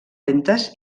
lentes